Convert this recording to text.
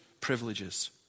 privileges